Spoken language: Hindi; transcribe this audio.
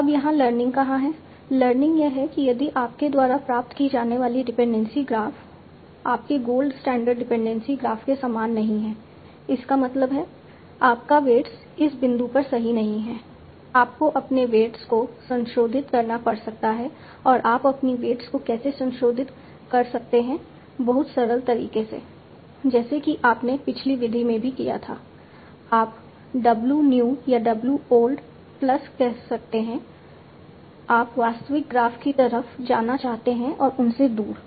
अब यहाँ लर्निंग कहाँ है लर्निंग यह है कि यदि आपके द्वारा प्राप्त की जाने वाली डिपेंडेंसी ग्राफ आपके गोल्ड स्टैंडर्ड डिपेंडेंसी ग्राफ के समान नहीं है इसका मतलब है आपका वेट्स इस बिंदु पर सही नहीं है आपको अपने वेट्स को संशोधित करना पड़ सकता है और आप अपनी वेट्स को कैसे संशोधित कर सकते हैं बहुत सरल तरीके से जैसे कि आपने पिछली विधि में भी किया था आप w न्यू या w ओल्ड प्लस कह सकते हैं आप वास्तविक ग्राफ की तरफ जाना चाहते हैं और उनसे दूर